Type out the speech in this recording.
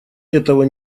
этого